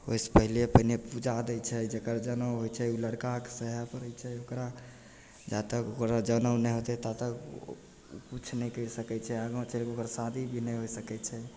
होइसे पहिले पहिले पूजा दै छै जकर जनउ होइ छै ओ लड़काके सहै पड़ै छै ओकरा जा तक ओकरा जनउ नहि होतै ता तक ओ किछु नहि करि सकै छै आगाँ चलिके ओकर शादी भी नहि हो सकै छै